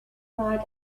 cried